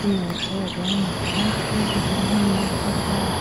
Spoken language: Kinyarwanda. n' numu ushobora guhamagara hirya harimo n'urubuga rwabo